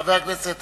חבר הכנסת גנאים.